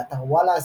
באתר וואלה,